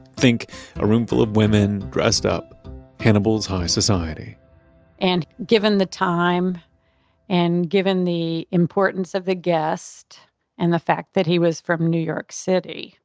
think a room full of women dressed up hannibal's high society and given the time and given the importance of the guest and the fact that he was from new york city,